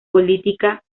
política